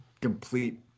complete